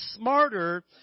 smarter